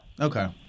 Okay